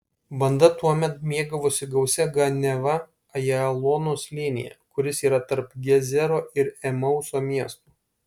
banda tuomet mėgavosi gausia ganiava ajalono slėnyje kuris yra tarp gezero ir emauso miestų